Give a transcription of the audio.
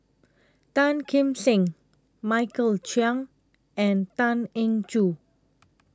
Tan Kim Seng Michael Chiang and Tan Eng Joo